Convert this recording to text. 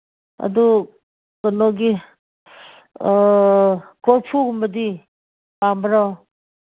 ꯑꯗꯨ ꯀꯩꯅꯣꯒꯤ ꯀꯣꯔꯐꯨꯒꯨꯝꯕꯗꯤ ꯄꯥꯝꯕꯔꯣ